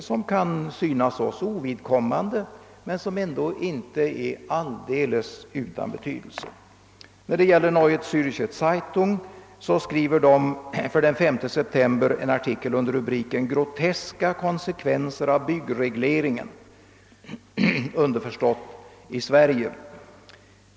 Det kan synas ovidkommande för oss, men det är ändå inte alldeles utan betydelse. Neue Zärcher Zeitung har den 5 september i år en artikel under rubriken »Groteska konsekvenser av byggregleringen», underförstått i Sverige.